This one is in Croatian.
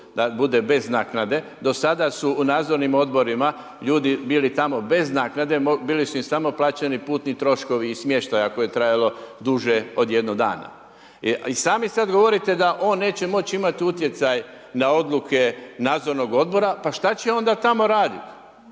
da bude bez naknade. Do sada su u Nadzornim odborima ljudi bili tamo bez naknade, bili su im samo plaćeni putni troškovi i smještaj ako je trajalo duže od jednog dana. I sami sada govorite da on neće moći imati utjecaj na odluke Nadzornog odbora, pa šta će onda tamo raditi?